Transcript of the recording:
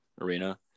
arena